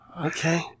Okay